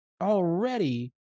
Already